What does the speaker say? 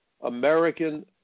American